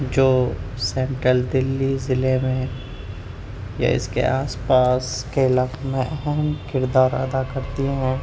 جو سینٹرل دہلی ضلع میں یا اس کے آس پاس کے علاقے میں اہم کردار ادا کرتی ہیں